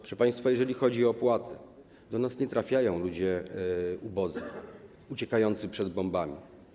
Proszę państwa, jeżeli chodzi o opłaty - do nas nie trafiają ludzie ubodzy, uciekający przed bombami.